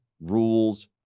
rules